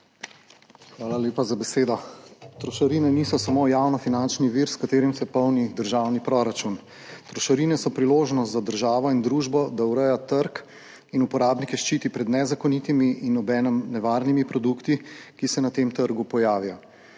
Hvala lepa za besedo. Trošarine niso samo javnofinančni vir, s katerim se polni državni proračun. Trošarine so priložnost za državo in družbo, da ureja trg in uporabnike ščiti pred nezakonitimi in obenem nevarnimi produkti, ki se na tem trgu pojavijo.